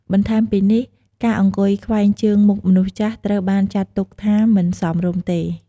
បន្ថែមពីនេះ ការអង្គុយខ្វែងជើងមុខមនុស្សចាស់ត្រូវបានចាត់ទុកថាមិនសមរម្យទេ។